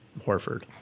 Horford